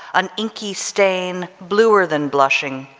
an inky stain bluer than blushing,